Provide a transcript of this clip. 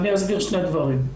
אני אסביר שני דברים.